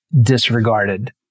disregarded